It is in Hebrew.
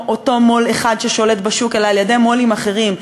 מו"ל אחד ששולט בשוק אלא על-ידי מו"לים אחרים,